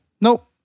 Nope